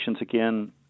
again